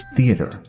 Theater